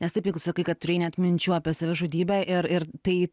nes taip jeigu sakai kad turėjai net minčių apie savižudybę ir tai